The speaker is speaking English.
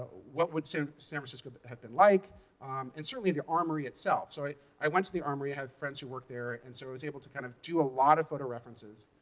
what would so san francisco but have been like and certainly the armory itself. so i went to the armory. i have friends who work there, and so i was able to kind of do a lot of photo references